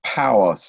power